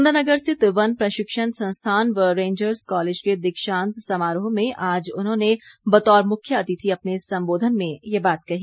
सुंदरनगर स्थित वन प्रशिक्षण संस्थान व रेंजर्स कॉलेज के दीक्षांत समारोह में आज उन्होंने बतौर मुख्य अतिथि अपने संबोधन में ये बात कही